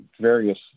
various